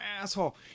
asshole